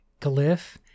glyph